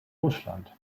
russland